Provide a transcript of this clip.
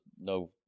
no